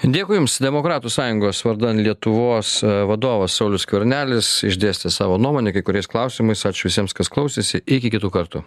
dėkui jums demokratų sąjungos vardan lietuvos vadovas saulius skvernelis išdėstė savo nuomonę kai kuriais klausimais ačiū visiems kas klausėsi iki kitų kartų